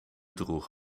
droeg